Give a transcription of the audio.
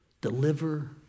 Deliver